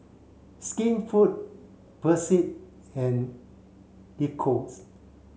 Skinfood Persil and Eccos